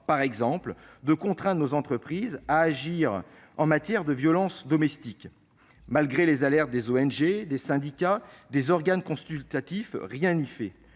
par exemple, de contraindre les entreprises à agir dans le domaine des violences domestiques. Malgré les alertes des ONG, des syndicats ou des organes consultatifs, rien n'y fait